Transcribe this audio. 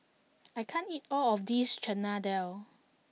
I can't eat all of this Chana Dal